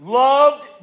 loved